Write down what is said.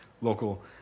local